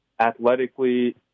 athletically